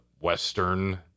Western